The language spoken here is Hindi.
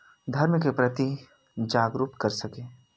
धर्म के प्रति जागरुक कर सकें